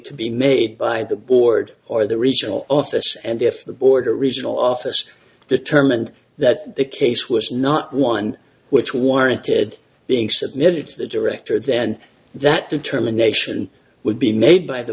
to be made by the board or the result office and if the board or reasonal office determined that the case was not one which warranted being submitted to the director then that determination would be made by the